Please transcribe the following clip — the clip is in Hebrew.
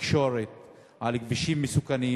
בתקשורת על כבישים מסוכנים.